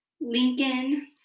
lincoln